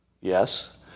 Yes